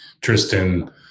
Tristan